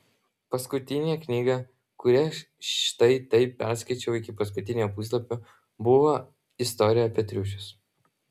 paskutinė knyga kurią štai taip perskaičiau iki paskutinio puslapio buvo istorija apie triušius